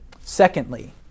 Secondly